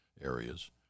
areas